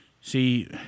See